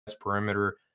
perimeter